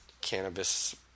cannabis